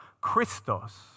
Christos